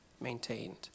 maintained